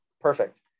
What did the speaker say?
Perfect